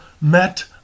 met